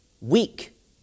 weak